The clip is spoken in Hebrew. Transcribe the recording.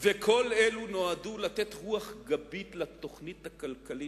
וכל אלה נועדו לתת רוח גבית לתוכנית הכלכלית,